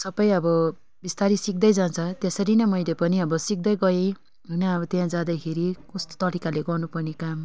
सबै अब बिस्तारै सिक्दै जान्छ त्यसरी नै मैले पनि अब सिक्दै गएँ होइन अब त्यहाँ जाँदाखेरि कस्तो तरिकाले गर्नु पर्ने काम